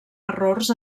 errors